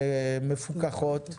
שמפוקחות,